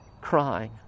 crying